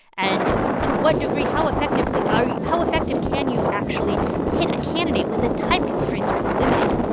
and to what degree, how effectively are you how effective can you actually hit a candidate when the time constraints are so limited?